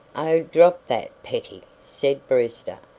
oh, drop that, petty, said brewster,